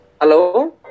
Hello